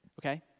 Okay